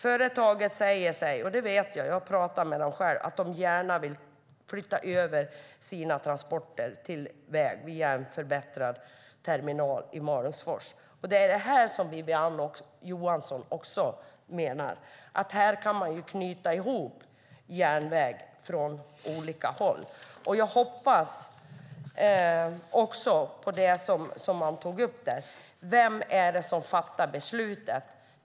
Företaget säger - det vet jag, för jag har själv pratat med dem - att de gärna vill flytta över sina transporter till järnväg via en upprustad terminal i Malungsfors. Här kan man ju knyta ihop järnväg från olika håll, vilket också Wiwi-Anne Johansson var inne på. Vem är det som fattar beslutet?